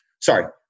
sorry